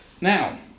Now